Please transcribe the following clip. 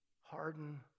harden